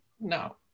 No